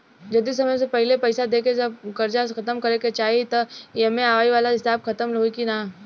जदी समय से पहिले पईसा देके सब कर्जा खतम करे के चाही त ई.एम.आई वाला हिसाब खतम होइकी ना?